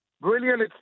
Brilliant